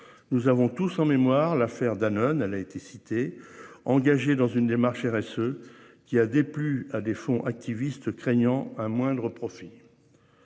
Nous avons tous en mémoire l'affaire Danone. Elle a été cité engagés dans une démarche RSE qui a déplu à des fonds activiste craignant un moindre profit.